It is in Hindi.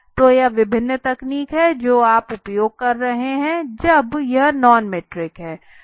तो यह विभिन्न तकनीक है जो आप उपयोग कर रहे हैं जब यह नॉन मीट्रिक हैं